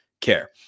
care